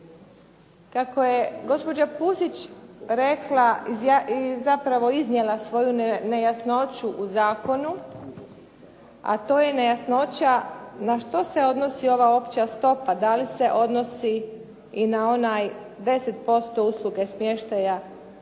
Kako je gospođa Pusić rekla i zapravo iznijela svoju nejasnoću u zakonu, a to je nejasnoća na što se odnosi ova opća stopa, da li se odnosi i na onaj 10% usluge smještaja